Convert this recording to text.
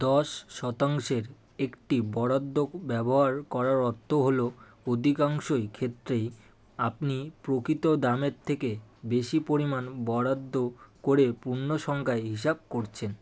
দশ শতাংশের একটি বরাদ্দ ব্যবহার করার অর্থ হলো অধিকাংশই ক্ষেত্রেই আপনি প্রকিত দামের থেকে বেশি পরিমাণ বরাদ্দ করে পূর্ণসংখ্যায় হিসাব করছেন